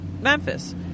Memphis